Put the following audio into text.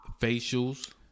facials